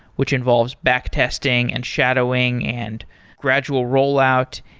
which involves back testing, and shadowing, and gradual rollout.